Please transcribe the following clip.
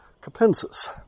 Capensis